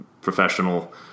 professional